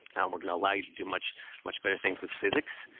and we're gonna allow you to do much much better things with physics.